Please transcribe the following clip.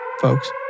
folks